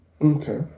okay